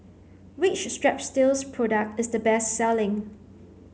which Strepsils product is the best selling